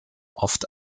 oft